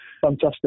Fantastic